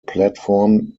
platform